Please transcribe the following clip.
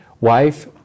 wife